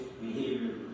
behavior